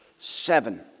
Seven